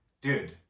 Dude